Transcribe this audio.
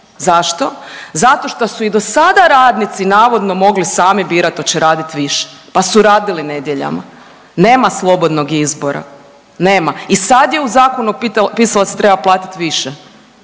Zašto? Zato šta su i do sada radnici navodno mogli sami birati hoće li raditi više, pa su radili nedjeljama. Nema slobodnog izbora, nema. I sad je u zakonu pisalo da se treba platiti više.